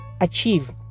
achieve